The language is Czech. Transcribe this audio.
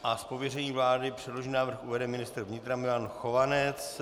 Z pověření vlády předložený návrh uvede ministr vnitra Milan Chovanec.